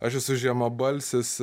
aš esu žemabalsis